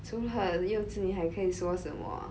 除了幼稚你还可以说什么